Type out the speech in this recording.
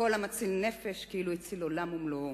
כל המציל נפש כאילו הציל עולם ומלואו.